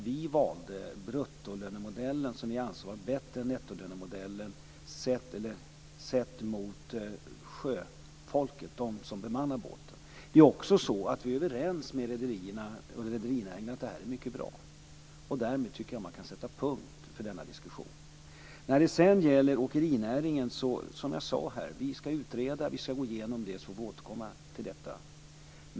Vi valde bruttolönemodellen som vi ansåg vara bättre än nettolönemodellen sett ur sjöfolkets synpunkt, dvs. de som bemannar båten. Vi är överens med rederinäringen om att detta är mycket bra. Därmed tycker jag att man kan sätta punkt för den diskussionen. När det sedan gäller åkerinäringen sade jag att vi skall utreda den och återkomma till detta.